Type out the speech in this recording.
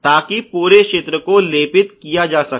ताकि पूरे क्षेत्र को लेपित किया जा सके